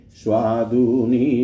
swaduni